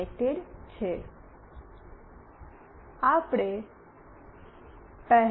connected છે